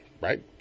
right